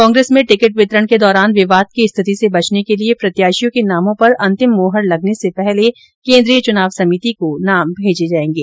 कांग्रेस मैं टिकिट वितरण के दौरान विवाद की स्थिति से बचने के लिये प्रत्याशियों के नामों पर अंतिम मोहर लगने से पहले केन्द्रीय चुनाव समिति को नाम भेजे जायेंगे